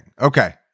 Okay